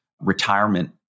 retirement